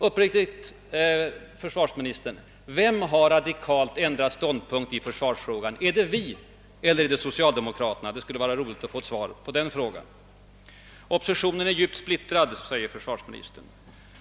Herr försvarsminister, var uppriktig! Vem har radikalt ändrat ståndpunkt i försvarsfrågan — är det vi eller socialdemokraterna? Det skulle vara intressant att få svar på den frågan. Försvarsministern sade vidare att oppositionen är djupt splittrad.